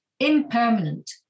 impermanent